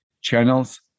channels